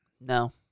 No